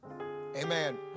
Amen